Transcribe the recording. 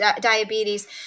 diabetes